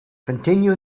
continue